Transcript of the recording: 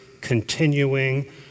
continuing